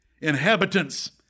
inhabitants